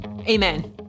Amen